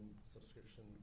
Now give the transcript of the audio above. subscription